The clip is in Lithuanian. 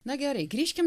na gerai grįžkim